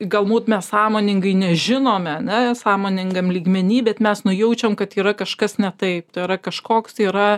galbūt mes sąmoningai nežinome ane sąmoningam lygmeny bet mes nujaučiam kad yra kažkas ne taip tai yra kažkoks tai yra